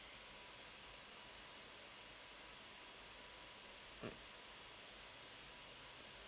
mm